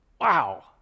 Wow